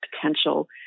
potential